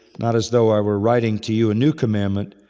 not as though i were writing to you a new commandment,